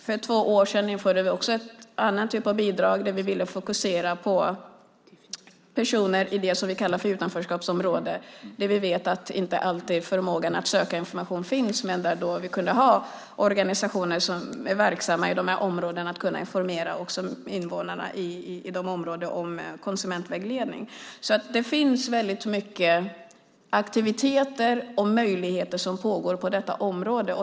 För två år sedan införde vi också en annan typ av bidrag där vi ville fokusera på personer i det vi kallar utanförskapsområden där vi vet att förmågan att söka information inte alltid finns. Där kan organisationer som är verksamma i de här områdena också informera om konsumentvägledning. Det finns alltså väldigt mycket aktiviteter och möjligheter på detta område.